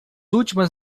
últimas